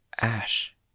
Ash